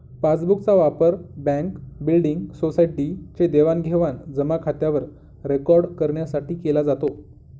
passbook चा वापर bank, building, society चे देवाणघेवाण जमा खात्यावर रेकॉर्ड करण्यासाठी केला जातो